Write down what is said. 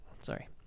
Sorry